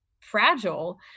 fragile